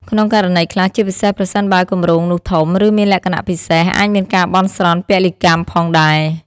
ក្នុងករណីខ្លះ ជាពិសេសប្រសិនបើគម្រោងនោះធំ ឬមានលក្ខណៈពិសេស អាចមានការបន់ស្រន់ពលីកម្មផងដែរ។